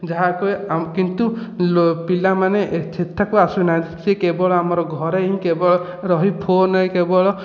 ଯାହାକୁ କିନ୍ତୁ ପିଲାମାନେ ଠିକ୍ ଠାକ୍ ଆସୁନାହାଁନ୍ତି ସେ କେବଳ ଆମର ଘରେ ହିଁ କେବଳ ରହି ଫୋନରେ କେବଳ